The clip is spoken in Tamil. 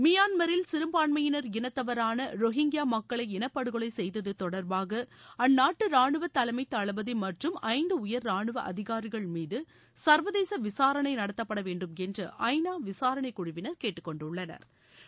மியான்மரில் சிறுபான்மையினா இனத்தவரான ரோஹிங்கியா மக்களை இனப்படுகொலை செய்தது தொடா்பாக அந்நாட்டு ரானுவத் தலைமை தளபதி மற்றும் ஐந்து உயர் ரானுவ அதிகாரிகள் மீது சா்வதேச விசாரணை நடத்தப் பட வேண்டும் என்று ஐ நா விசாரணை குழுவினா் கேட்டுக்கொண்டுள்ளனா்